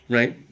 Right